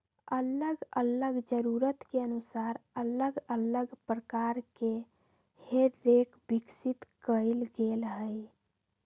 अल्लग अल्लग जरूरत के अनुसार अल्लग अल्लग प्रकार के हे रेक विकसित कएल गेल हइ